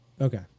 Okay